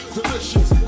Delicious